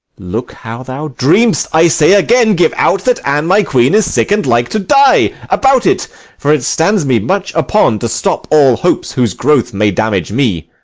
look how thou dream'st i say again, give out that anne, my queen, is sick and like to die about it for it stands me much upon, to stop all hopes whose growth may damage me.